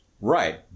Right